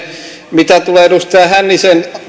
mitä tulee edustaja hännisen